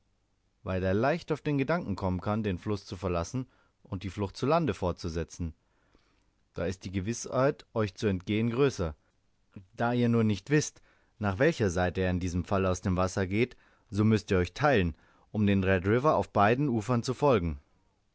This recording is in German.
weil er leicht auf den gedanken kommen kann den fluß zu verlassen und die flucht zu lande fortzusetzen da ist die gewißheit euch zu entgehen größer da ihr nun nicht wißt nach welcher seite er in diesem falle aus dem wasser geht so müßt ihr euch teilen um dem red river auf beiden ufern zu folgen